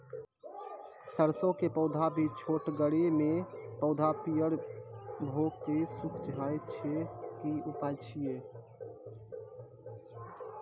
सरसों के पौधा भी छोटगरे मे पौधा पीयर भो कऽ सूख जाय छै, की उपाय छियै?